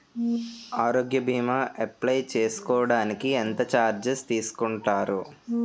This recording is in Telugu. ఆరోగ్య భీమా అప్లయ్ చేసుకోడానికి ఎంత చార్జెస్ తీసుకుంటారు?